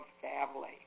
family